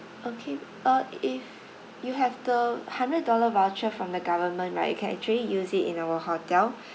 okay uh if you have the hundred dollar voucher from the government right you can actually use it in our hotel